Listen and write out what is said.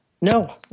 No